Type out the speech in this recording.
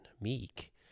meek